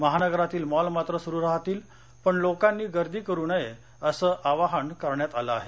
महानगरातील मॉल सुरू राहतील पण लोकांनी गर्दी करू नये असं आवाहन करण्यात आलं आहे